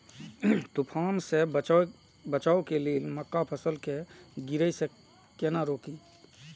तुफान से बचाव लेल मक्का फसल के गिरे से केना रोकी?